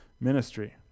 ministry